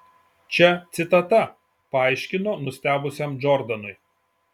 čia citata paaiškino nustebusiam džordanui